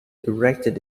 erected